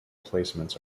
placements